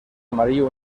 amarillo